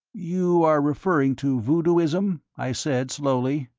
you are referring to voodooism? i said, slowly.